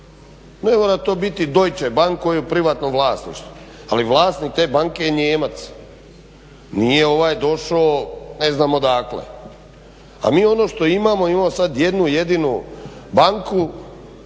Ne mora biti Deutsche bank koja je u privatnom vlasništvu, ali vlasnik te banke je Nijemac, nije došao ne znam odakle. A mi ono što imamo, imamo sad jednu jedinu banku